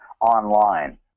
online